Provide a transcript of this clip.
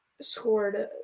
scored